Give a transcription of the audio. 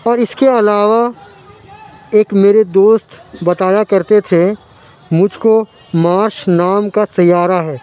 اور اِس کے علاوہ ایک میرے دوست بتایا کرتے تھے مجھ کو مارس نام کا سیّارہ ہے